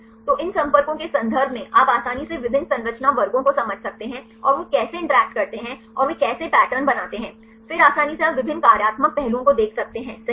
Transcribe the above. तो इन संपर्कों के संदर्भ में आप आसानी से विभिन्न संरचना वर्गों को समझ सकते हैं और वे कैसे इंटरैक्ट करते हैं और वे कैसे पैटर्न बनाते हैं फिर आसानी से आप विभिन्न कार्यात्मक पहलुओं को देख सकते हैं सही